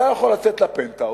אתה יכול לצאת לפנטהאוז,